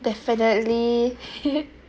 definitely